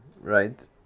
right